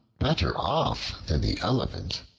better off than the elephant.